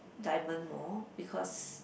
diamond more because